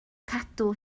cadw